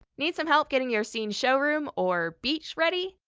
need some help getting your scene showroom, or beach, ready?